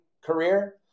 career